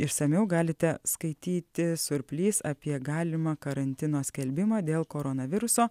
išsamiau galite skaityti surplys apie galimą karantino skelbimą dėl koronaviruso